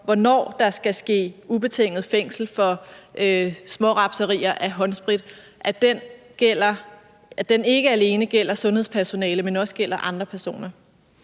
hvornår der skal ske ubetinget fængsel for smårapserier af håndsprit, ikke alene gælder sundhedspersonale, men også gælder andre personer.